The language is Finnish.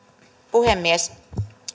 puhemies